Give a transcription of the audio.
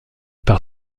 par